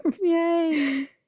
Yay